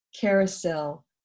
carousel